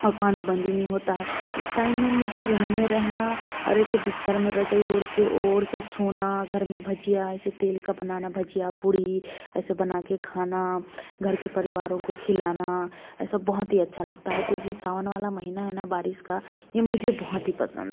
और पानी बंद ही नहीं होता है उस टाइम में मुझे घर में रहना और ऐसे बिस्तर में रजाई ओढ़ के ओढ़ के सोना घर में भजिया ऐसे तेल का बनाना भजिया पूड़ी ऐसे बनाकर खाना घर के परिवारों को खिलाना ऐसा बहुत ही अच्छा लगता है तो जो सावन वाला महीना है ना बारिश का ये मुझे बहुत ही पसंद है